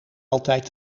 altijd